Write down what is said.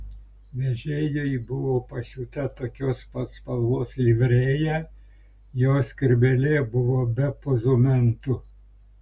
vežėjui buvo pasiūta tokios pat spalvos livrėja jo skrybėlė buvo be pozumentų